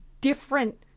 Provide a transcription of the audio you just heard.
different